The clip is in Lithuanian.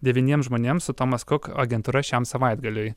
devyniems žmonėms su tomas kuk agentūra šiam savaitgaliui